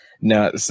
No